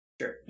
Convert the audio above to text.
sure